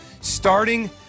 starting